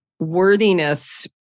worthiness